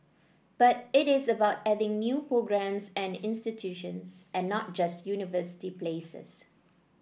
but it is about adding new programmes and institutions and not just university places